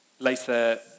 Later